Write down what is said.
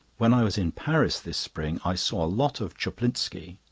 when i was in paris this spring i saw a lot of tschuplitski.